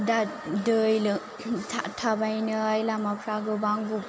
दा दै थाबायनैय लामाफ्रा गोबां